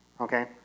okay